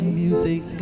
music